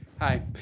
Hi